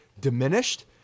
diminished